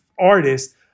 artist